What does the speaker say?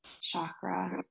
chakra